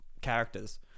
characters